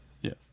Yes